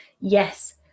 yes